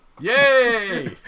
Yay